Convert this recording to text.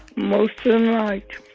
most of the night